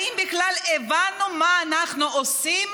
האם בכלל הבנו מה אנחנו עושים?